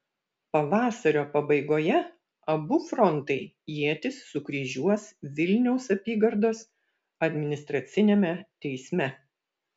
pavasario pabaigoje abu frontai ietis sukryžiuos vilniaus apygardos administraciniame teisme